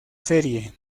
serie